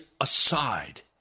aside